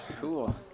Cool